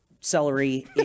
celery